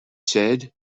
said